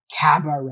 Cabaret